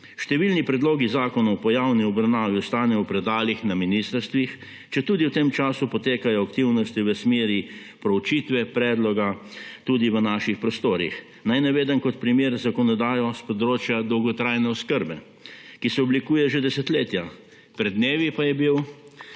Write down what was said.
Številni predlogi zakonov po javni obravnavi ostanejo v predalih na ministrstvih, četudi v tem času potekajo aktivnosti v smeri proučitve predloga tudi v naših prostorih. Naj navedem kot primer zakonodajo s področja dolgotrajne oskrbe, ki se oblikuje že desetletja, pred dnevi pa je bil